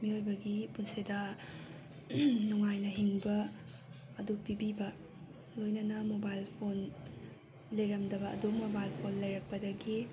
ꯃꯤꯑꯣꯏꯕꯒꯤ ꯄꯨꯟꯁꯤꯗ ꯅꯨꯡꯉꯥꯏꯅ ꯍꯤꯡꯕ ꯑꯗꯨ ꯄꯤꯕꯤꯕ ꯂꯣꯏꯅꯅ ꯃꯣꯕꯥꯏꯜ ꯐꯣꯟ ꯂꯩꯔꯝꯗꯕ ꯑꯗꯨ ꯃꯣꯕꯥꯏꯜ ꯐꯣꯟ ꯂꯩꯔꯛꯄꯗꯒꯤ